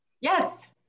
Yes